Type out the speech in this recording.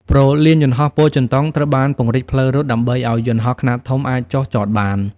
ព្រលានយន្តហោះពោធិ៍ចិនតុងត្រូវបានពង្រីកផ្លូវរត់ដើម្បីឱ្យយន្តហោះខ្នាតធំអាចចុះចតបាន។